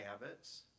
habits